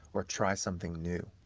or try something new.